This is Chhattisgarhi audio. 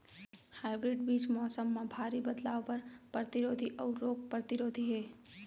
हाइब्रिड बीज मौसम मा भारी बदलाव बर परतिरोधी अऊ रोग परतिरोधी हे